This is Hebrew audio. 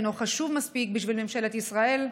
אינו חשוב מספיק בשביל ממשלת ישראל?